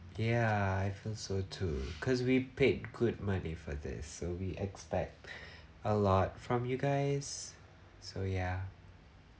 ya I feel so too because we paid good money for this so we expect a lot from you guys so ya